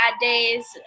days